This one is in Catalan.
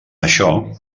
això